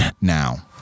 Now